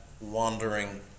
wandering